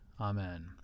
Amen